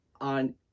on